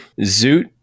Zoot